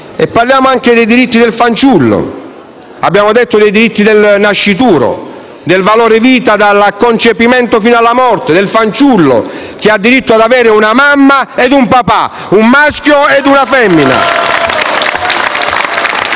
Parliamo anche dei diritti del fanciullo; abbiamo parlato dei diritti del nascituro, del valore vita dal concepimento fino alla morte, del fanciullo che ha diritto ad avere una mamma e un papà, un maschio ed una femmina.